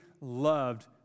loved